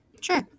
Sure